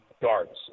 darts